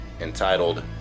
entitled